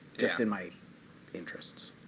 just in my interests.